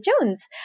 Jones